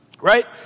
Right